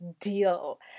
deal